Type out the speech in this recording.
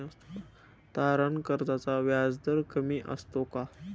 तारण कर्जाचा व्याजदर कमी असतो का?